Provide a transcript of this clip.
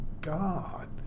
God